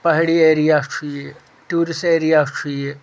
پہاڑی area چھُ یہِ tourist area چھُ یہِ